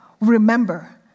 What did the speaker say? remember